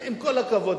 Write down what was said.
עם כל הכבוד,